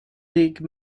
league